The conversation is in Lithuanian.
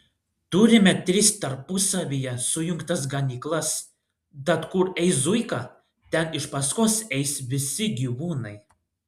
turime tris tarpusavyje sujungtas ganyklas tad kur eis zuika ten iš paskos eis visi gyvūnai